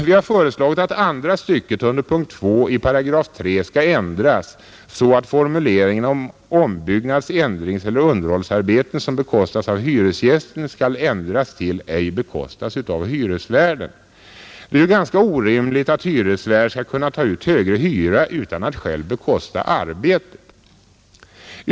Vi har föreslagit att andra stycket under punkten 2 i 3 8 skall ändras så att formuleringen om ombyggnadsändringseller underhållsarbeten som ”bekostats av hyresgästen” skall ändras till ”ej bekostats av hyresvärden”. Det är ju ganska orimligt att hyresvärd skall kunna ta ut högre hyra utan att själv bekosta arbetet.